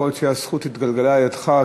יכול להיות שהזכות התגלגלה לידך,